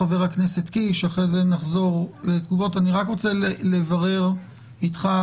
לדעת --- אני רק רוצה לברר אתך,